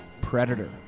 Predator